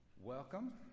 welcome